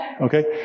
Okay